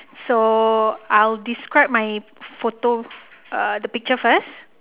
so I'll describe my photo err the picture first